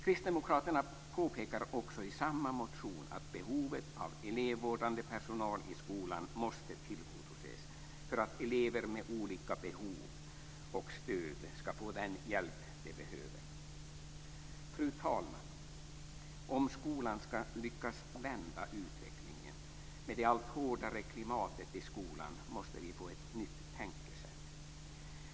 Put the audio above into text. Kristdemokraterna påpekar också i samma motion att behovet av elevvårdande personal i skolan måste tillgodoses för att elever med behov av olika stöd skall få den hjälp de behöver. Fru talman! Om skolan skall lyckas vända utvecklingen mot ett allt hårdare klimat i skolan måste vi få ett nytt tänkesätt.